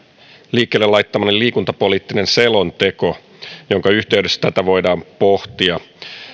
liikkeelle laittamani liikuntapoliittinen selonteko jonka yhteydessä tätä voidaan pohtia